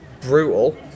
brutal